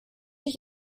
ich